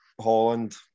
Holland